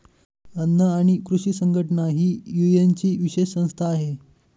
अन्न आणि कृषी संघटना ही युएनची विशेष संस्था आहे